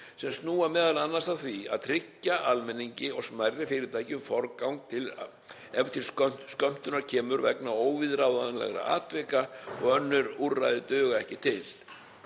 sem snúa m.a. að því að tryggja almenningi og smærri fyrirtækjum forgang ef til skömmtunar kemur vegna óviðráðanlegra atvika og önnur úrræði duga ekki til.